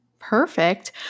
Perfect